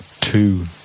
two